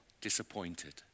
disappointed